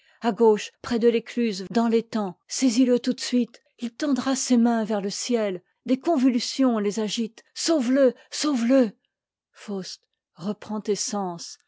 à gauche près de l'écluse dans t'étang saisis le tout de suite tendra ses mains vers le ciel des convulsions les agitent sauve le sauve le reprends